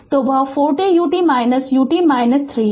तो वह 4 t ut ut - 3 है